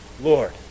Lord